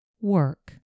work